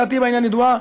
דעתי בעניין ידועה,